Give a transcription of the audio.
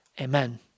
Amen